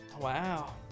Wow